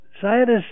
scientists